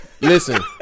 Listen